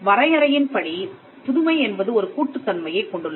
வரையறையின்படி புதுமை என்பது ஒரு கூட்டுத் தன்மையைக் கொண்டுள்ளது